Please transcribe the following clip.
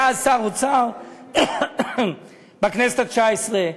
היה אז שר אוצר בכנסת התשע-עשרה,